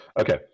Okay